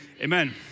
Amen